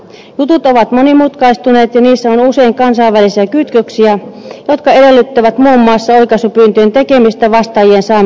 jutut ovat monimutkaistuneet ja niissä on usein kansainvälisiä kytköksiä jotka edellyttävät muun muassa oikaisupyyntöjen tekemistä vastaajien saamiseksi suomeen